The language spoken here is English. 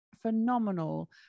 phenomenal